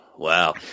Wow